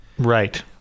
Right